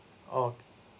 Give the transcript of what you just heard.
okay